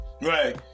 Right